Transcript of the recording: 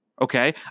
Okay